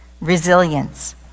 resilience